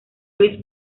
luis